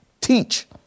teach